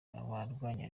abarwanya